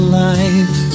life